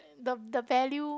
the the value